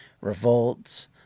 revolts